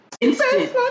instant